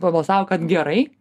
prabalsavo kad gerai